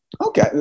Okay